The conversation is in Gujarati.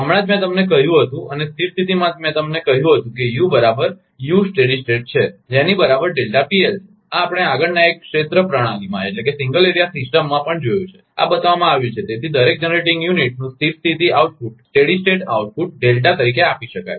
હમણાં જ મેં તમને કહ્યું હતું અને સ્થિર સ્થિતિમાં મેં તમને કહ્યું હતું કે યુ બરાબર યુ સ્થિર સ્થિતી છે જેની બરાબર છે આ આપણે આગળના એક ક્ષેત્ર પ્રણાલીમાંસિંગલ એરિઆ સિસ્ટમમાં પણ જોયું છે આ બતાવવામાં આવ્યું છે તેથી દરેક જનરેટીંગ યુનિટ નું સ્થિર સ્થિતી આઉટપુટ ડેલ્ટા તરીકે આપી શકાય છે